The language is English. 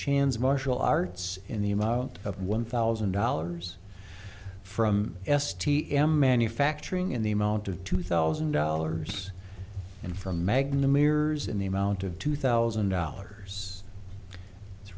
chan's martial arts in the amount of one thousand dollars from s t m manufacturing in the amount of two thousand dollars and from magna mirrors in the amount of two thousand dollars it's